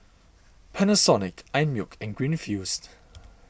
Panasonic Einmilk and Greenfields